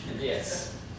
Yes